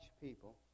people